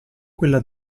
quella